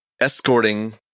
escorting